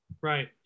Right